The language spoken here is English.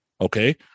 Okay